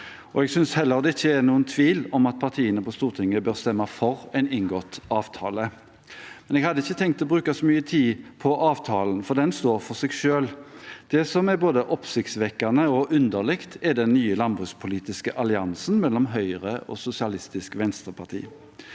Jeg synes heller ikke det er noen tvil om at partiene på Stortinget bør stemme for en inngått avtale. Jeg hadde ikke tenkt å bruke så mye tid på avtalen, for den står for seg selv. Det som er både oppsiktsvekkende og underlig, er den nye landbrukspolitiske alliansen mellom Høyre og Sosialistisk Venstreparti.